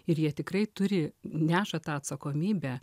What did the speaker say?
ir jie tikrai turi neša tą atsakomybę